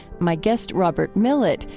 my guest, robert millet,